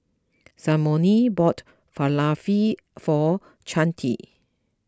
Simone bought Falafel for Chante